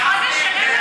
גפני,